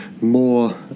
more